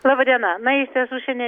laba diena na iš tiesų šiandien